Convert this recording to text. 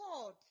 God